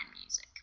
music